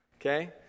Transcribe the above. okay